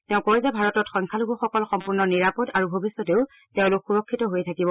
তেওঁ কয় যে ভাৰতত সংখ্যালঘুসকল সম্পূৰ্ণ নিৰাপদ আৰু ভৱিষ্যতেও তেওঁলোক সুৰক্ষিত হৈয়ে থাকিব